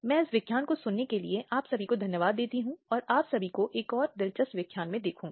हम कुछ अन्य अपराधों और प्रक्रियात्मक पहलुओं के साथ अगले व्याख्यान में जारी रहेंगे